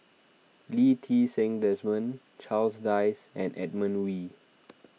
Lee Ti Seng Desmond Charles Dyce and Edmund Wee